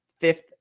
fifth